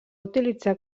utilitzar